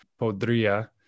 podría